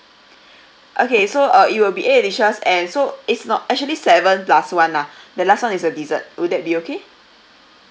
okay so uh it will be eight dishes and so it's not actually seven plus one lah the last one is a dessert will that be okay